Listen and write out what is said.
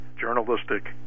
journalistic